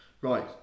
Right